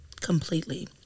completely